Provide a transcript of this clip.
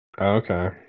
Okay